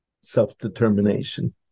self-determination